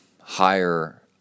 higher